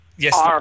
Yes